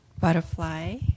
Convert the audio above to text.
butterfly